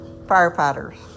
firefighters